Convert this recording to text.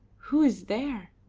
who is there?